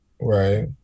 Right